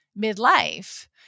midlife